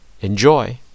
Enjoy